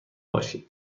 باشی